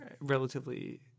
relatively